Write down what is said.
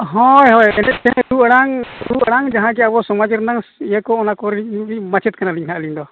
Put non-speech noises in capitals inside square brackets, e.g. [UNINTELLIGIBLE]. ᱦᱳᱭ ᱦᱳᱭ [UNINTELLIGIBLE] ᱨᱩ ᱟᱲᱟᱝ [UNINTELLIGIBLE] ᱟᱲᱟᱝ ᱡᱟᱦᱟᱸᱜᱮ ᱟᱵᱚ ᱥᱚᱢᱟᱡᱽ ᱨᱮᱱᱟᱝ ᱤᱭᱟᱹᱠᱚ ᱚᱱᱟᱠᱚᱨᱤᱱ ᱢᱟᱪᱮᱫ ᱠᱟᱱᱟᱞᱤᱧ ᱦᱟᱜ ᱟᱹᱞᱤᱧᱫᱚ